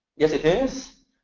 yes, it is.